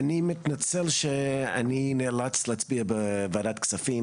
אני מתנצל שאני נאלץ להצביע בוועדת הכספים,